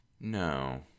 no